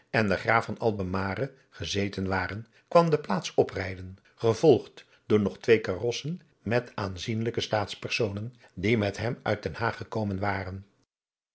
en den graaf van albemarle gezeten waren kwam de plaats oprijden gevolgd door nog twee karossen met aanzienlijke staatspersoadriaan loosjes pzn het leven van johannes wouter blommesteyn nen die met hem uit den haag gekomen waren